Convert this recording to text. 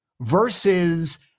versus